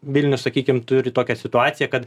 vilnius sakykim turi tokią situaciją kad